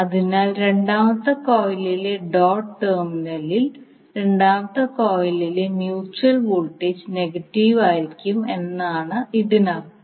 അതിനാൽ രണ്ടാമത്തെ കോയിലിലെ ഡോട്ട് ടെർമിനലിൽ രണ്ടാമത്തെ കോയിലിലെ മ്യൂച്വൽ വോൾട്ടേജ് നെഗറ്റീവ് ആയിരിക്കും എന്നാണ് ഇതിനർത്ഥം